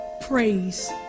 praise